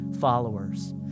followers